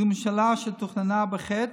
זו ממשלה שתוכננה בחטא,